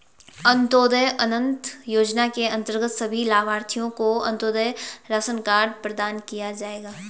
अंत्योदय अन्न योजना के अंतर्गत सभी लाभार्थियों को अंत्योदय राशन कार्ड प्रदान किया जाएगा